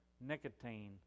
nicotine